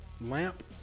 lamp